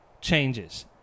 changes